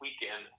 weekend